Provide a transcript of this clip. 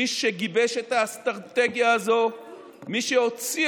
מי שגיבש את האסטרטגיה הזאת ומי שהוציא